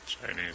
Chinese